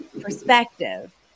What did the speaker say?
perspective